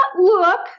look